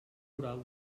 oral